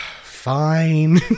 fine